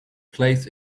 plays